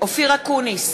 אופיר אקוניס,